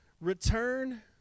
return